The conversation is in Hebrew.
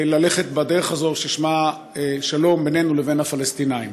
ללכת בדרך הזאת, ששמה שלום בינינו לבין הפלסטינים.